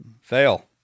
Fail